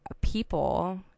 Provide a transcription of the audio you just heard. people